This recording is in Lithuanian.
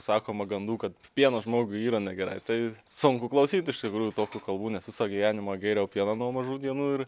sakoma gandų kad pienas žmogui yra negerai tai sunku klausyt iš tikrųjų tokių kalbų nes visą gyvenimą gėriau pieną nuo mažų dienų ir